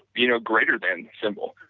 you know greater than symbol,